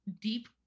deep